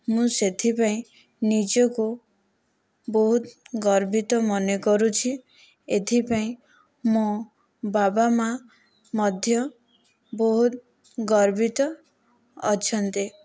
ମୁଁ ସେଥିପାଇଁ ନିଜକୁ ବହୁତ ଗର୍ବିତ ମନେ କରୁଛି ଏଥିପାଇଁ ମୋ ବାବା ମାଆ ମଧ୍ୟ ବହୁତ ଗର୍ବିତ ଅଛନ୍ତି